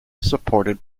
supported